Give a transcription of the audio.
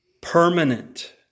permanent